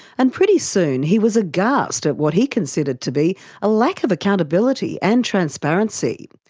and pretty soon he was aghast at what he considered to be a lack of accountability and transparency.